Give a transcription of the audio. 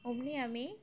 অমনি আমি